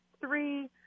three